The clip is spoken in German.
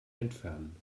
entfernen